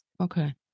Okay